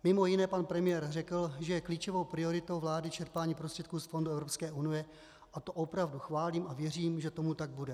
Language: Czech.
Mimo jiné pan premiér řekl, že je klíčovou prioritou vlády čerpání prostředků z fondů Evropské unie, a to opravdu chválím a věřím, že tomu tak bude.